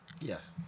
Yes